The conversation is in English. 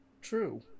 True